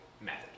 method